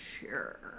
Sure